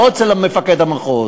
לא אצל מפקד המחוז.